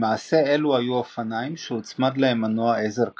למעשה אלו היו אופניים שהוצמד להם מנוע עזר קטן.